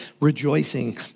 rejoicing